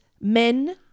men